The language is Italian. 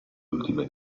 ultime